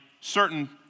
certain